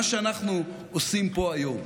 מה שאנחנו עושים פה היום,